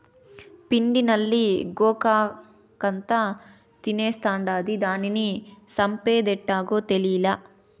పిండి నల్లి గోగాకంతా తినేస్తాండాది, దానిని సంపేదెట్టాగో తేలీలా